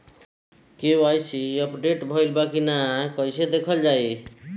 KYC update भइल बा कि ना कइसे देखल जाइ?